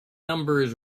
numbers